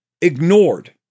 ignored